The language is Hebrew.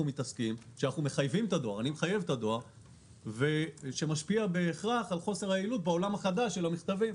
מתעסקים שמשפיע בהכרח על חוסר היעילות בעולם החדש של המכתבים.